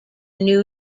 new